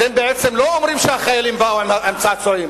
אתם בעצם לא אומרים שהחיילים באו עם צעצועים,